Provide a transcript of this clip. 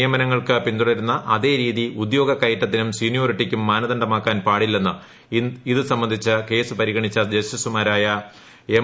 നിയമനങ്ങൾക്ക് പിന്തുടരുന്ന അതേ രീതി ഉദ്യോഗക്കയറ്റത്തിനും സീനിയോറിറ്റിക്കും മാനദണ്ഡമാക്കാൻ പാടില്ലെന്ന് ഇത് സ്ട്രബ്ദ്ധിച്ച് കേസ് പരിഗണിച്ച ജസ്റ്റിസുമാരായ എം